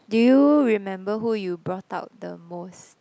do you remember who you brought out the most